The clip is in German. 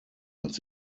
als